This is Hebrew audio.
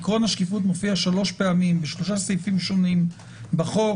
עיקרון השקיפות מופיע שלוש פעמים בשלושה סעיפים שונים בחוק,